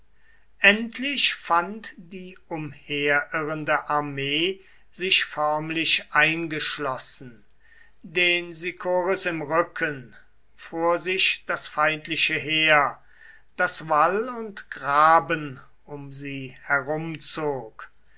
endlich fand die umherirrende armee sich förmlich eingeschlossen den sicoris im rücken vor sich das feindliche heer das wall und graben um sie herumzog